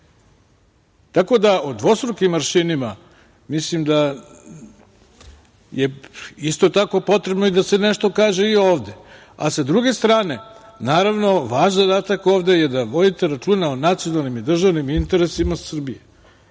Tako da o dvostrukim aršinima, mislim da je isto tako potrebno i da se nešto kaže i ovde. Sa druge strane, naravno, vaš zadatak ovde je da vodite računa o nacionalnim i državnim interesima Srbije